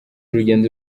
urugendo